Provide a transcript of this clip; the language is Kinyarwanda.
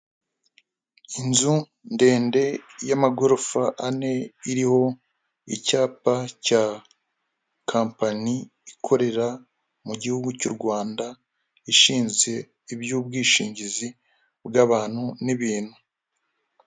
Inzu ndende y'amagorofa ane, iriho icyapa cya kampani ikorera mu gihugu cy'u Rwanda, ishinzwe iby'ubwishingizi bw'abantu n'ibintu.